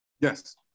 yes